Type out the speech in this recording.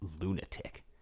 lunatic